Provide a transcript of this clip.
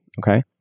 okay